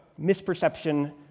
misperception